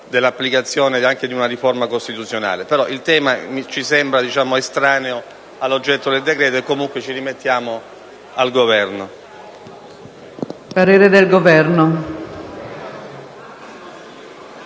dell'applicazione di una riforma costituzionale. Il tema però ci sembra estraneo all'oggetto del decreto, e comunque ci rimettiamo al Governo.